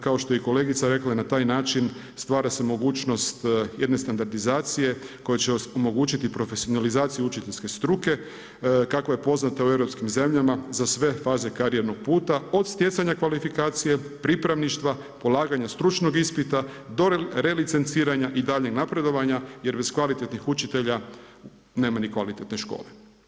Kao što je i kolegica rekla, na taj način stvara se mogućnost jedne standardizacije koja će omogućiti profesionalizaciju učiteljske struke kako je poznata u europskim zemljama za sve faze karijernog puta, od stjecanja kvalifikacije, pripravništva, polaganja stručnog ispita do relicenciranja i daljnjeg napredovanja jer bez kvalitetnih učitelja nema ni kvalitetne škole.